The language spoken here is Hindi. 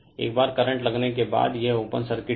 इसलिए एक बार करंट लगने के बाद यह ओपन सर्किट है